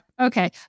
Okay